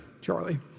Charlie